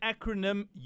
acronym